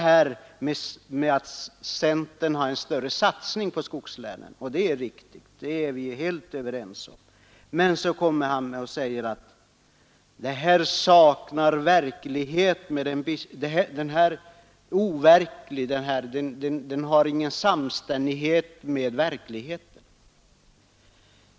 Han sade att centern föreslår en större satsning i skogslänen, och det är riktigt. Men så tillade han att detta är verklighetsfrämmande.